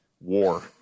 war